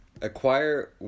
acquire